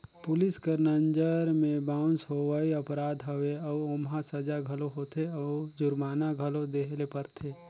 police कर नंजर में बाउंस होवई अपराध हवे अउ ओम्हां सजा घलो होथे अउ जुरमाना घलो देहे ले परथे